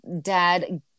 dad